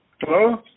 Hello